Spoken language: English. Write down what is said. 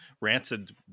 Rancid